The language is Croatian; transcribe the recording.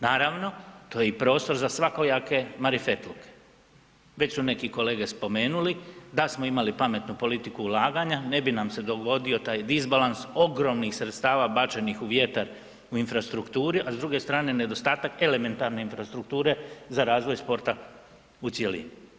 Naravno, tu je i prostor za svakojake marifetluke, već su neki kolege spomenuli da smo imali pametnu politiku ulaganja, ne bi nam se dogodio taj disbalans ogromnih sredstva bačenih u vjetar u infrastrukturi, a s druge strane nedostatak elementarne infrastrukture za razvoj spora u cjelini.